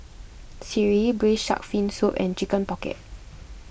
Sireh Braised Shark Fin Soup and Chicken Pocket